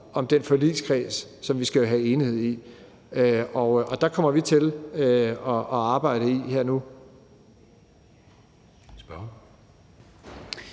om den forligskreds, som vi skal have enighed i. Og den kommer vi til at arbejde i her og